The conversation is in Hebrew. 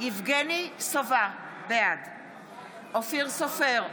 יבגני סובה, בעד אופיר סופר,